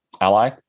Ally